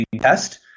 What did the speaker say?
test